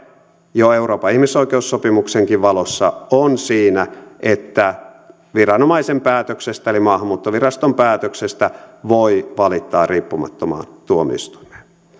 jo euroopan ihmisoikeussopimuksenkin valossa on siinä että viranomaisen päätöksestä eli maahanmuuttoviraston päätöksestä voi valittaa riippumattomaan tuomioistuimeen